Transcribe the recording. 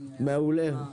מעולה.